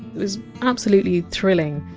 it was absolutely thrilling.